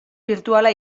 birtuala